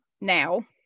now